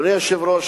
אדוני היושב-ראש,